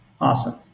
awesome